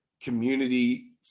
community